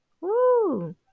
Woo